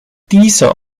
dieser